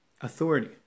authority